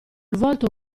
volto